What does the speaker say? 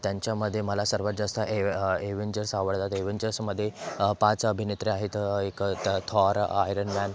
त्यांच्यामध्ये मला सर्वात जास्त ए एवेंजर्स आवडतात एवेंजर्समध्ये पाच अभिनेत्री आहेत एक थॉर आयरन मॅन